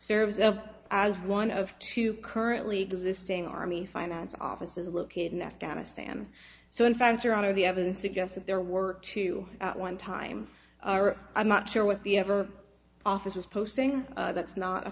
serves as one of two currently existing army finance offices are located in afghanistan so in fact your honor the evidence against their work to at one time i'm not sure what the ever office was posting that's not a